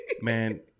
Man